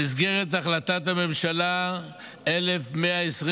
במסגרת החלטת ממשלה 1126,